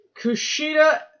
Kushida